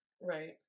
right